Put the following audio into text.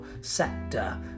sector